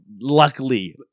luckily